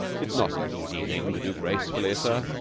it's not an easy thing to do gracefully, sir,